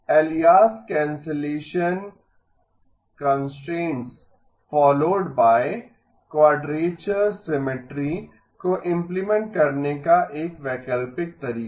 alias cancellation constraints followed by quadrature symmetry को implement करने का एक वैकल्पिक तरीका